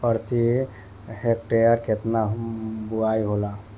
प्रति हेक्टेयर केतना बुआई होला?